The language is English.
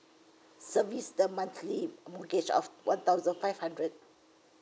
service the monthly mortgage of one thousand five hundred